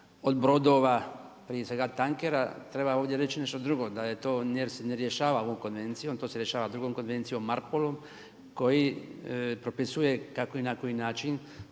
od brodova, prije svega tankera treba ovdje reći nešto drugo, da se to ne rješava ovom konvencijom, to se rješava drugom konvencijom … koji propisuje kako i na koji način